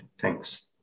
Thanks